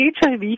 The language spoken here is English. HIV